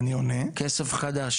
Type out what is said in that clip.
כסף חדש?